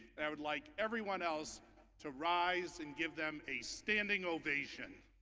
and i would like everyone else to rise and give them a standing ovation.